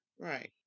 Right